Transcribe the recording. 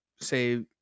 say